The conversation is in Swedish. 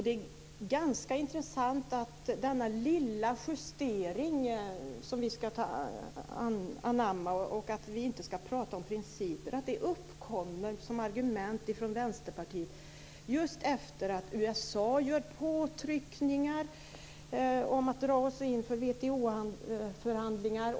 Det är också ganska intressant att Vänsterpartiets argument om denna lilla justering, som vi ska anamma, och att vi inte ska prata om principer, uppkommer just efter att USA gör påtryckningar om att dra oss inför WTO-förhandlingar.